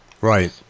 Right